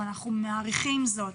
אנחנו מעריכים זאת.